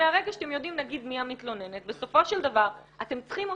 מרגע שאתם יודעים מי המתלוננת בסופו של דבר אתם צריכים אותה.